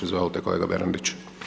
Izvolte, kolega Bernardić.